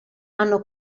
hanno